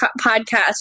podcast